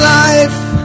life